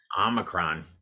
Omicron